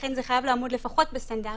לכן, זה חייב לעמוד לפחות בסטנדרטים.